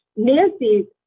Nancy